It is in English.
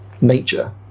nature